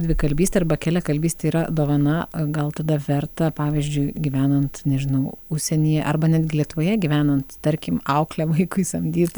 dvikalvystė arba keliakalbystė yra dovana gal tada verta pavyzdžiui gyvenant nežinau užsienyje arba netgi lietuvoje gyvenant tarkim auklę vaikui samdyt